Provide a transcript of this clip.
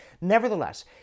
Nevertheless